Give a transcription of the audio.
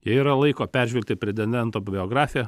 jei yra laiko peržvelgti pretendento biografiją